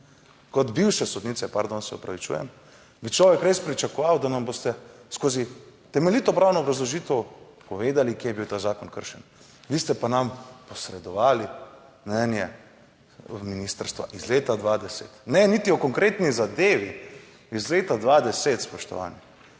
kot bivše sodnice, pardon, se opravičujem, bi človek res pričakoval, da nam boste skozi temeljito pravno obrazložitev povedali kje je bil ta zakon kršen, vi ste pa nam posredovali mnenje Ministrstva iz leta 2010. Ne, niti o konkretni zadevi iz leta 2010, spoštovani